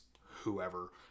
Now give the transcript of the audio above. whoever